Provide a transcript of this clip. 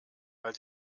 weil